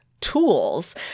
Tools